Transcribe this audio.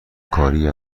کاری